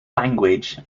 language